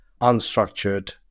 unstructured